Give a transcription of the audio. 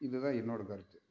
இது தான் என்னோடய கருத்து